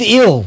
ill